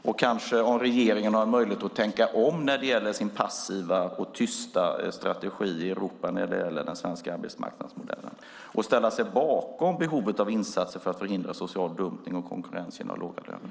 Och kan regeringen tänka om beträffande sin passiva och tysta strategi i Europa när det gäller den svenska arbetsmarknadsmodellen och ställa sig bakom behovet av insatser för att förhindra social dumpning och konkurrens genom låga löner?